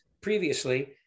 previously